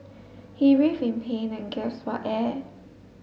he writhed in pain and gasped for air